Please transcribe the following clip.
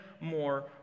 more